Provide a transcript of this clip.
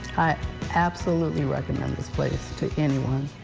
i absolutely recommend this place to anyone.